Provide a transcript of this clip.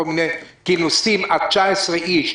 כינוסים עד 19 איש.